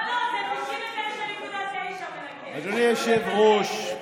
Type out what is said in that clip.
זה מנקה 99.9%. אדוני היושב-ראש,